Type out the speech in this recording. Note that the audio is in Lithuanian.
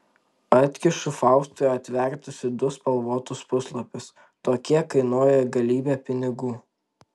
atkišu faustui atvertusi du spalvotus puslapius tokie kainuoja galybę pinigų